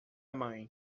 mãe